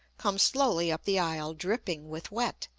come slowly up the aisle dripping with wet,